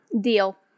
Deal